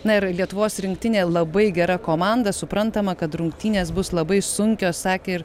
na ir lietuvos rinktinė labai gera komanda suprantama kad rungtynės bus labai sunkios sakė ir